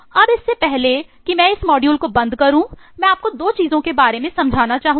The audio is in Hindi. अब इससे पहले कि मैं इस मॉड्यूल को बंद करूं मैं आपको 2 चीजों के बारे में समझाना चाहूंगा